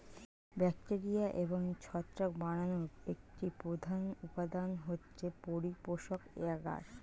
bacteria এবং ছত্রাক বানানোর একটি প্রধান উপাদান হচ্ছে পরিপোষক এগার